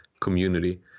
community